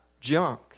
junk